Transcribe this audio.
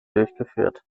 durchgeführt